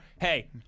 hey